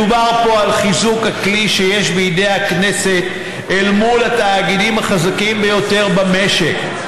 מדובר פה על חיזוק הכלי שיש בידי בכנסת מול התאגידים החזקים ביותר במשק.